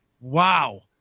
wow